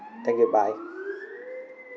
thank you bye